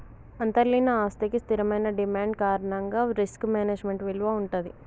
అంతర్లీన ఆస్తికి స్థిరమైన డిమాండ్ కారణంగా రిస్క్ మేనేజ్మెంట్ విలువ వుంటది